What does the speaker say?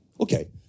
Okay